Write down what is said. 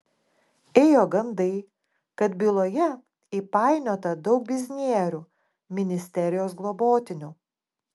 ėjo gandai kad byloje įpainiota daug biznierių ministerijos globotinių